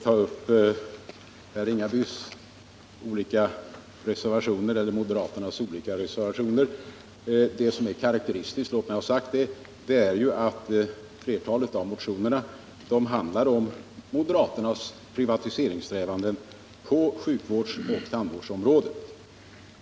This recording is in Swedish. Jag skall inte ta upp moderaternas olika reservationer. Det som är karakteristiskt för dem är ju att flertalet handlar om en ökad privatisering av sjukvården och tandvården.